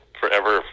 forever